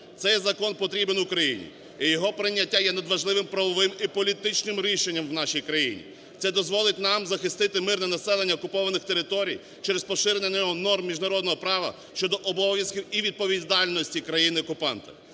цей закон потрібен Україні, і його прийняття є надважливим правовим і політичним рішенням в нашій країні. Це дозволить нам захистити мирне населення окупованих територій через поширення норма міжнародного права щодо обов'язків і відповідальності країни-окупанта.